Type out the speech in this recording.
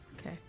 Okay